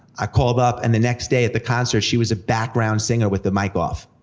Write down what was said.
i called up, and the next day at the concert, she was a background singer with the mic off.